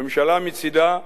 הממשלה, מצדה,